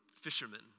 fishermen